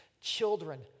Children